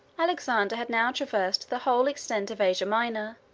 alexander had now traversed the whole extent of asia minor,